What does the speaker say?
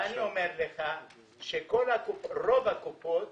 ואני אומר לך שרוב הקופות